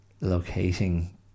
locating